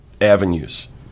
avenues